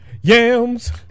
yams